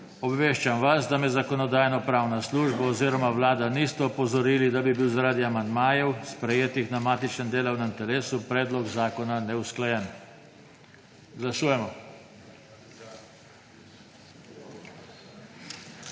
Obveščam vas, da me Zakonodajno-pravna služba oziroma Vlada nista opozorili, da bi bil zaradi amandmajev, sprejetih na matičnem delovnem telesu, predlog zakona neusklajen. Glasujemo. Navzočih